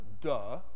duh